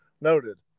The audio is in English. noted